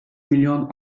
milyon